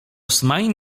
smain